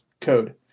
code